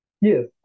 Yes